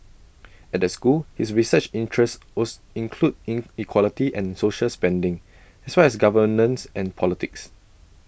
at the school his research interests was include inequality and social spending as well as governance and politics